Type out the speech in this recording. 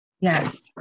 Yes